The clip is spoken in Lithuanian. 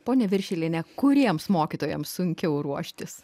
ponia viršiliene kuriems mokytojams sunkiau ruoštis